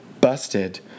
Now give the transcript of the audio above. busted